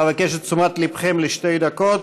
אבקש את תשומת ליבכם לשתי דקות.